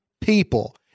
people